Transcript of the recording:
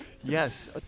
Yes